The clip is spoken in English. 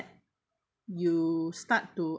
you start to